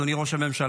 אדוני ראש הממשלה.